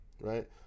Right